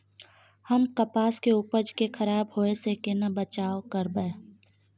हम कपास के उपज के खराब होय से केना बचाव करबै?